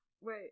Wait